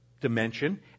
dimension